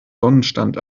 sonnenstand